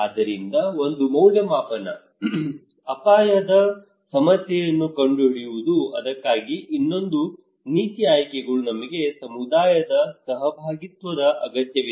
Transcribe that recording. ಆದ್ದರಿಂದ ಒಂದು ಮೌಲ್ಯಮಾಪನ ಅಪಾಯದ ಸಮಸ್ಯೆಯನ್ನು ಕಂಡುಹಿಡಿಯುವುದು ಅದಕ್ಕಾಗಿ ಇನ್ನೊಂದು ನೀತಿ ಆಯ್ಕೆಗಳು ನಮಗೆ ಸಮುದಾಯದ ಸಹಭಾಗಿತ್ವದ ಅಗತ್ಯವಿದೆ